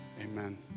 amen